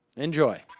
enjoy